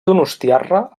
donostiarra